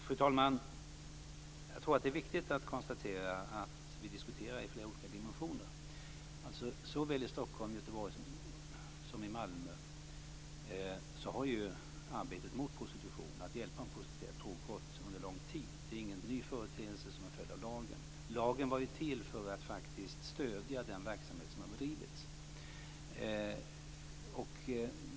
Fru talman! Jag tror att det är viktigt att konstatera att vi diskuterar i flera olika dimensioner. Såväl i Stockholm och Göteborg som i Malmö har ju arbetet mot prostitution, arbetet med att hjälpa de prostituerade, pågått under lång tid. Det är ingen ny företeelse som en följd av lagen. Lagen var ju till för att faktiskt stödja den verksamhet som har bedrivits.